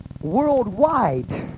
Worldwide